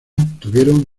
tuvieron